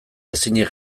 ezinik